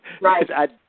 right